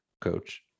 coach